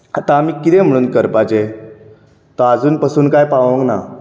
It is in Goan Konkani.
आतांं आमी कितें म्हणून करपाचे तो आजून पसून कांय पावूंक ना